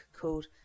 called